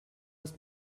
ist